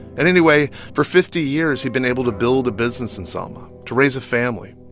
and anyway, for fifty years, he'd been able to build a business in selma, to raise a family,